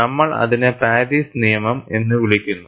നമ്മൾ അതിനെ പാരീസ് നിയമം എന്ന് വിളിക്കുന്നു